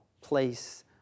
place